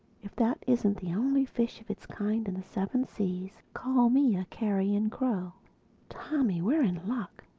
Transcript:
if that isn't the only fish of its kind in the seven seas, call me a carrion-crow tommy, we're in luck.